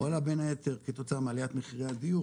הוא עלה בין היתר כתוצאה מעליית מחירי הדיור,